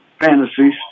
fantasies